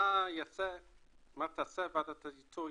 מה תעשה ועדת האיתור,